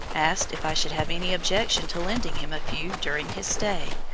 asked if i should have any objection to lending him a few during his stay,